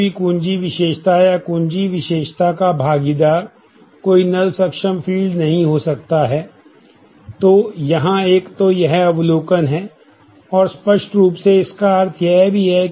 कोई भी कुंजी विशेषता या कुंजी विशेषता का भागीदार कोई नल होना होगा जिसकी अनुमति नहीं है